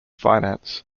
finance